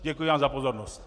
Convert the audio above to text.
Děkuji vám za pozornost.